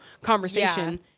conversation